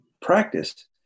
practice